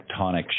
tectonic